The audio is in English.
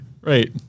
Right